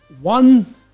one